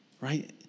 right